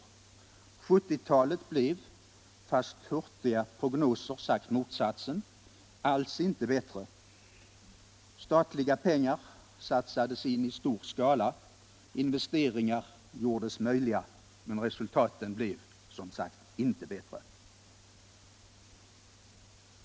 1970-talet blev, fast hurtiga prognoser sagt motsatsen, alls inte bättre. Statliga pengar satsades i stor skala, investeringar gjordes möjliga, men resultaten blev som sagt inte bättre.